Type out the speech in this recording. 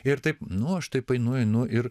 ir taip nu aš taip einu einu ir